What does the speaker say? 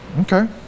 Okay